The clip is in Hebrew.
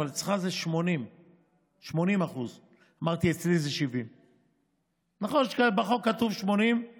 אבל אצלך זה 80%. אמרתי: אצלי זה 70%. נכון שבחוק כתוב 80%